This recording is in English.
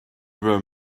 were